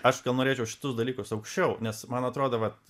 aš norėčiau šitus dalykus aukščiau nes man atrodo vat